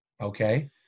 Okay